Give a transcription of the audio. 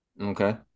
Okay